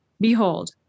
Behold